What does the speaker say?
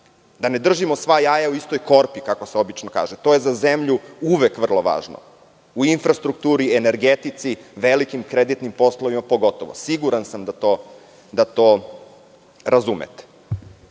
da ne držimo sva jaja u istoj korpi, kako se obično kaže. To je za zemlju uvek vrlo važno, u infrastrukturi u energetici, velikim kreditnim poslovima pogotovo. Siguran sam da to razumete. Što